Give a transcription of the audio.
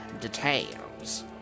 details